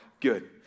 good